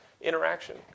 interaction